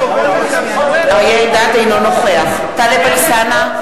אינו נוכח טלב אלסאנע,